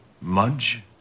Mudge